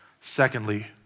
Secondly